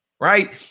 right